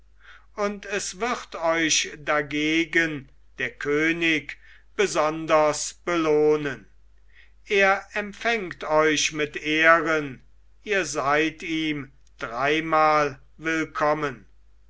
und es wird euch dagegen der könig besonders belohnen er empfängt euch mit ehren ihr seid ihm dreimal willkommen